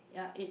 ya it